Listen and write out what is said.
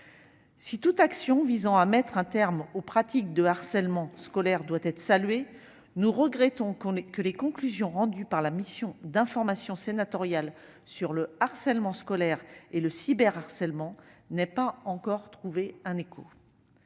Si toute action visant à mettre un terme aux pratiques de harcèlement scolaire doit être saluée, nous regrettons que les conclusions rendues par la mission d'information sénatoriale sur le harcèlement scolaire et le cyberharcèlement n'aient pas encore trouvé d'écho.